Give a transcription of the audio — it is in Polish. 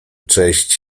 cześć